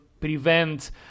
prevent